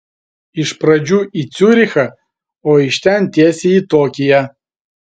iš pradžių į ciurichą o iš ten tiesiai į tokiją